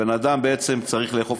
הבן-אדם בעצם, צריך לאכוף